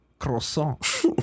Croissant